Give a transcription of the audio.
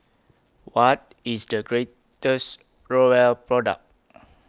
What IS The greatest Growell Product